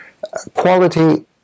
quality